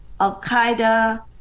al-Qaeda